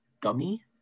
gummy